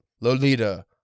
Lolita